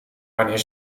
wanneer